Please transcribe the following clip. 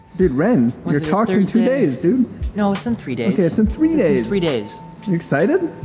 did ren you're talking todays dude no, it's in three days. yeah. it's in three days three days excited